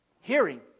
Hearing